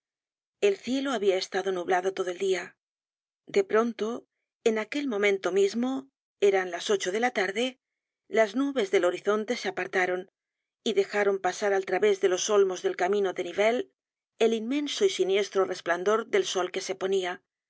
el cielo habia estado nublado todo el dia de pronto en aquel momento mismo eran las ocho de la tarde las nubes del horizonte se apartaron y dejaron pasar al través de los olmos del camino de nive lies el inmenso y siniestro resplandor del